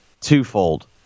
twofold